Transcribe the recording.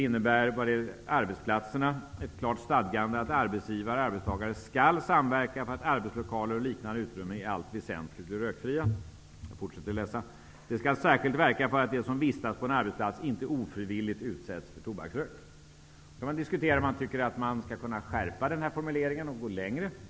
För arbetsplatser innebär lagen ett klart stadgande att arbetsgivare och arbetstagare skall samverka för att arbetslokaler och liknande utrymmen i allt väsentligt blir rökfria. Man skall särskilt verka för att de som vistas på en arbetsplats inte ofrivilligt utsätts för tobaksrök. Man kan diskutera om man skall skärpa formuleringen och gå längre.